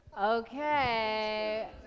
Okay